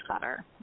better